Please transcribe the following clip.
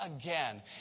again